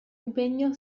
impegno